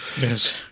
Yes